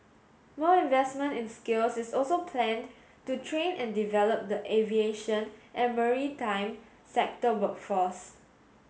more investment in skills is also planned to train and develop the aviation and maritime sector workforce